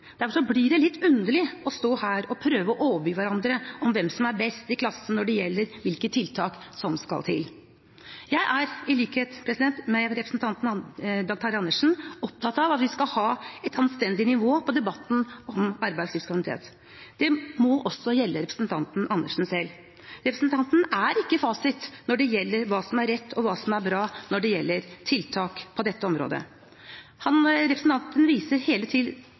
Derfor blir det blitt underlig å stå her og prøve å overby hverandre om hvem som er best i klassen når det gjelder hvilke tiltak som skal til. Jeg er i likhet med representanten Dag Terje Andersen opptatt av at vi skal ha et anstendig nivå på debatten om arbeidslivskriminalitet, og det må også gjelde representanten Andersen selv. Representanten har ikke fasiten på hva som er rett, og hva som er bra, når det gjelder tiltak på dette området. Representanten viser hele